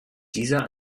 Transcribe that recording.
dieser